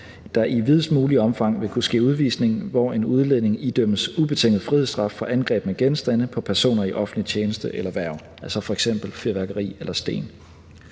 der i videst muligt omfang vil kunne ske udvisning, når en udlænding idømmes ubetinget frihedsstraf for angreb med genstande mod personer i offentlig tjeneste eller hverv, altså f.eks. fyrværkeri eller sten.